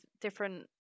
different